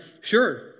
sure